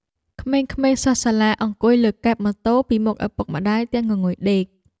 ក្មេងៗសិស្សសាលាអង្គុយលើកែបម៉ូតូពីមុខឪពុកម្ដាយទាំងងងុយដេក។